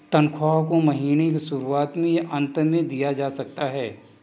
तन्ख्वाह को महीने के शुरुआत में या अन्त में दिया जा सकता है